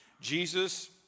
Jesus